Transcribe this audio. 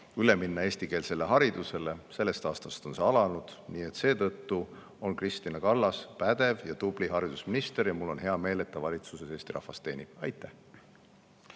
üle minna eestikeelsele haridusele. Sellest aastast on see alanud. Nii et seetõttu on Kristina Kallas pädev ja tubli haridusminister. Ja mul on hea meel, et ta valitsuses Eesti rahvast teenib. Austatud